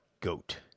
Goat